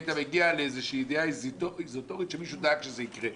היית מגיע לידיעה איזוטרית שמישהו דאג שזה יקרה.